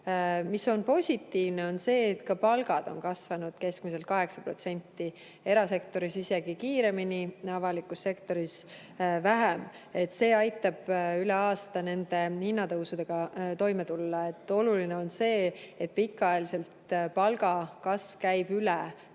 Positiivne on see, et ka palgad on kasvanud keskmiselt 8%, erasektoris isegi kiiremini, avalikus sektoris vähem. See aitab üle aasta nende hinnatõusudega toime tulla. Oluline on see, et pikaajaliselt käib